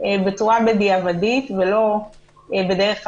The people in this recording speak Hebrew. בצורה של בדיעבד ולא בדרך המלך,